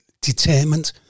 determined